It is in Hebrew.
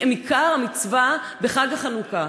הן עיקר המצווה בחג החנוכה.